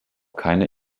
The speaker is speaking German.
keine